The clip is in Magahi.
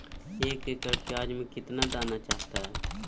एक एकड़ प्याज में कितना दाना चाहता है?